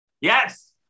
yes